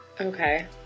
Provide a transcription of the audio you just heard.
Okay